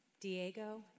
Diego